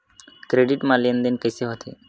Credit मा लेन देन कइसे होथे?